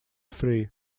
free